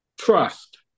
Trust